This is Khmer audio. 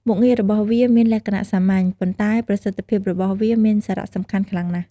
មុខងាររបស់វាមានលក្ខណៈសាមញ្ញ ប៉ុន្តែប្រសិទ្ធភាពរបស់វាមានសារៈសំខាន់ខ្លាំងណាស់។